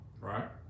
right